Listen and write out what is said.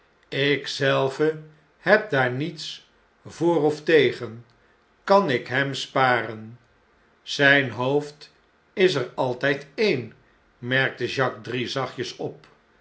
zelve heb daar niets voor of tegen kan ik hem sparen zgn hoofd is er altijd een merkte jacques drie zachtjes op